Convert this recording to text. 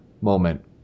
moment